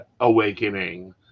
awakening